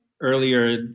earlier